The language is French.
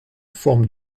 forme